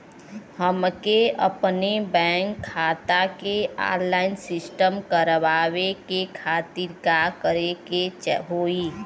हमके अपने बैंक खाता के ऑनलाइन सिस्टम करवावे के खातिर का करे के होई?